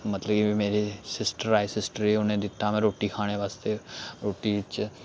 मतलब कि मेरे सिस्टर आए सिस्टर गी उ'नें दित्ता में रुट्टी खलाने बास्तै रुट्टी च